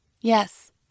Yes